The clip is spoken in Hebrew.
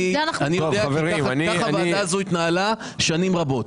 כך הוועדה התנהלה במשך שנים רבות.